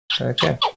Okay